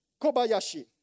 Kobayashi